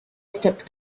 stepped